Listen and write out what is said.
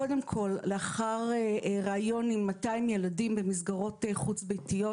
קודם כל לאחר ראיון עם 200 ילדים במסגרות חוץ-ביתיות,